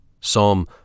Psalm